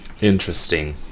Interesting